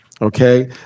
okay